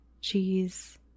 Cheese